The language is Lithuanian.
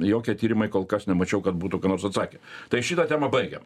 jokie tyrimai kol kas nemačiau kad būtų ką nors atsakę tai šitą temą baigėm